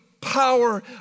power